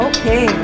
Okay